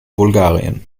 bulgarien